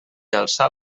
alçar